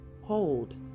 hold